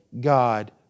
God